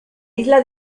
isla